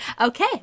Okay